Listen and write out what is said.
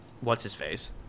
what's-his-face